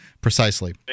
precisely